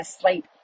sleep